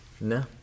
No